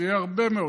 זה יהיה הרבה מאוד.